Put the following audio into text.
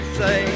say